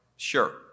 Sure